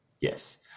Yes